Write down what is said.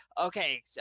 okay